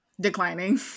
Declining